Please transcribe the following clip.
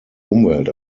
umwelt